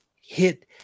hit